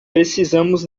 precisamos